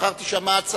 מחר תישמע הצעה.